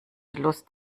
lust